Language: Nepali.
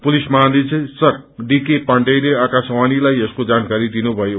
पुलिस महानिदेशक हि के पाण्डेयले आकाशवाणी यसको जानकारी दिनुभयो